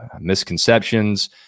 misconceptions